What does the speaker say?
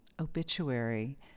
obituary